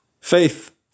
Faith